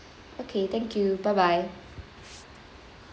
okay thank you bye bye